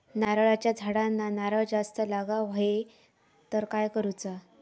नारळाच्या झाडांना नारळ जास्त लागा व्हाये तर काय करूचा?